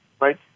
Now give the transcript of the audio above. right